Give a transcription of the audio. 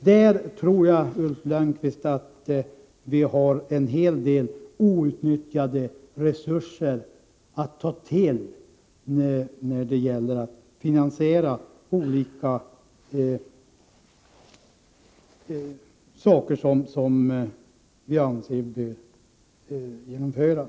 Där tror jag, Ulf Lönnqvist, att vi har en hel del outnyttjade resurser att ta till när det gäller att finansiera olika åtgärder som vi anser bör genomföras.